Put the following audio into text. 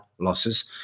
losses